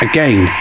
Again